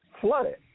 flooded